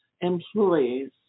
employees